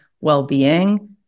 well-being